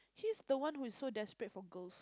he's the one who so desperate propose